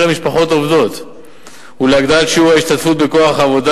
משפחות עובדות ולהגדלת שיעור ההשתתפות בכוח העבודה